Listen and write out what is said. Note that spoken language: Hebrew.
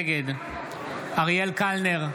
נגד אריאל קלנר,